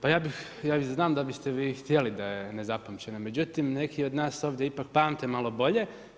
Pa ja i znam da bi ste vi i htjeli da je nezapamćena, međutim neki od nas ovdje ipak pamte malo bolje.